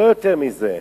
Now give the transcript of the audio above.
לא יותר מזה.